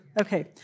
okay